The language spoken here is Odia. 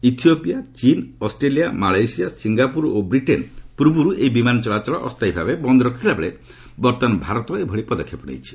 ଇଥିଓପିଆ ଚୀନ୍ ଅଷ୍ଟ୍ରେଲିଆ ମାଲଏସୀଆ ସିଙ୍ଗାପୁର ଓ ବ୍ରିଟେନ୍ ପୂର୍ବରୁ ଏହି ବିମାନ ଚଳାଚଳ ଅସ୍ଥାୟୀ ଭାବେ ବନ୍ଦ ରଖିଥିଲା ବେଳେ ବର୍ତ୍ତମାନ ଭାରତ ଏଭଳି ପଦକ୍ଷେପ ନେଇଛି